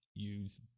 use